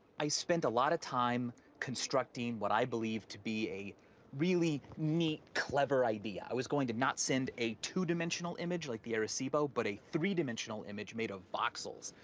i spent a lot of time constructing what i believe to be a really neat, clever idea. i was going to not send a two-dimensional image like the arecibo, but a three-dimensional image made of voxels.